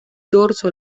dorso